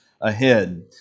ahead